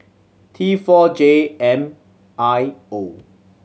T four J M I O